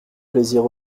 plaisir